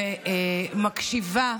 ומקשיבה